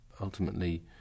Ultimately